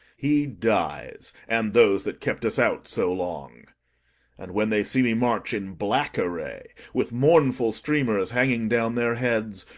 he dies, and those that kept us out so long and, when they see me march in black array, with mournful streamers hanging down their heads,